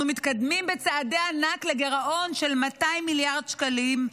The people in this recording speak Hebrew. אנחנו מתקדמים בצעדי ענק לגירעון של 200 מיליארד שקלים,